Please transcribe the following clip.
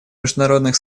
международных